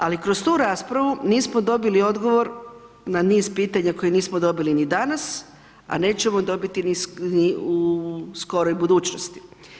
Ali kroz tu raspravu nismo dobili odgovor na niz pitanja koja nismo dobili ni danas, a nećemo dobiti ni u skoroj budućnosti.